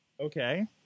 Okay